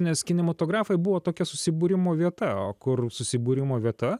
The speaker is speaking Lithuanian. nes kinematografai buvo tokia susibūrimo vieta o kur susibūrimo vieta